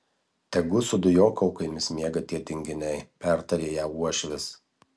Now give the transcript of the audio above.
tegu su dujokaukėmis miega tie tinginiai pertarė ją uošvis